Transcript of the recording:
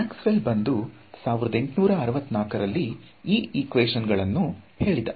Max well ಬಂದು 1864 ಈ equation ಗಳನ್ನು ಹೇಳಿದ